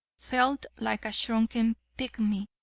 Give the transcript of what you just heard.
felt like a shrunken pigmy.